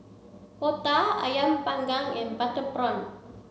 Otah Ayam panggang and butter prawn